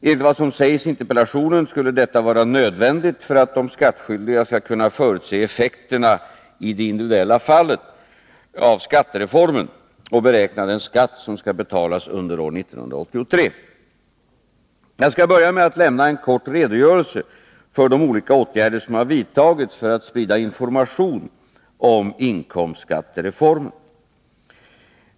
Enligt vad som sägs i interpellationen skulle detta vara nödvändigt för att de skattskyldiga skall kunna förutse effekterna i det individuella fallet av skattereformen och beräkna den skatt som skall betalas under år 1983. Jag skall börja med att lämna en kort redogörelse för de olika åtgärder som har vidtagits för att sprida information om inkomstskattereformen.